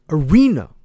arena